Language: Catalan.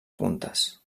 puntes